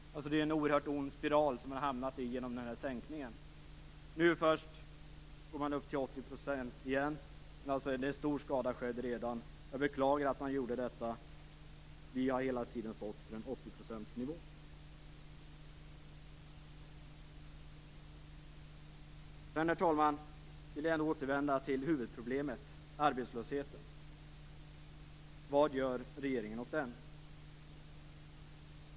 Sänkningen har lett till en ond spiral. Nu höjs nivån till 80 %. Men den stora skadan har redan skett. Jag beklagar detta. Vi har hela tiden stått för en Herr talman! Jag vill ändå återvända till huvudproblemet: arbetslösheten. Vad gör regeringen åt den?